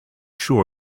sure